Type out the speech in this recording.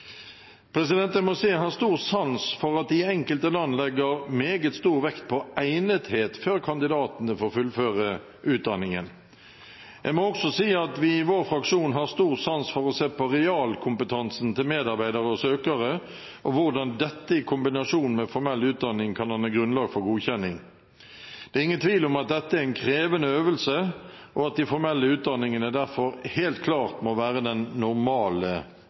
Jeg må si at jeg har stor sans for at man i enkelte land legger meget stor vekt på egnethet før kandidatene får fullføre utdanningen. Jeg må også si at vi i vår fraksjon har stor sans for å se på realkompetansen til medarbeidere og søkere, og hvordan dette i kombinasjon med formell utdanning kan danne grunnlag for godkjenning. Det er ingen tvil om at dette er en krevende øvelse, og at de formelle utdanningene derfor helt klart må være den normale